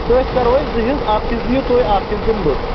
تٔتھۍ کَرو أسۍ زٕ حصہٕ اَکھ حصہٕ دِیِو تُہۍ اَکھ حصہٕ دِمہٕ بہٕ